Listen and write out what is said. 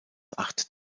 acht